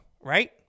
Right